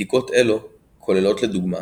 בדיקות אלו כוללות לדוגמה